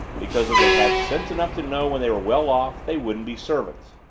because if they had sense enough to know when they were well off, they wouldn't be servants.